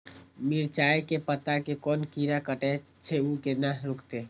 मिरचाय के पत्ता के कोन कीरा कटे छे ऊ केना रुकते?